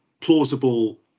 plausible